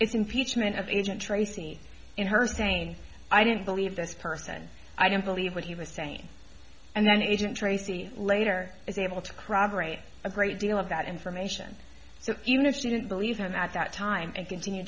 of agent tracy in her saying i don't believe this person i don't believe what he was saying and then agent tracy later is able to corroborate a great deal of that information so even if she didn't believe him at that time and continue